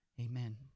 Amen